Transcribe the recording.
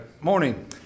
Morning